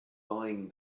lying